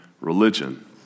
religion